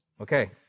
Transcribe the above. Okay